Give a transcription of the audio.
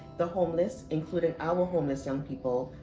the homeless, including our homeless young people,